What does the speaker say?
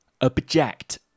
Object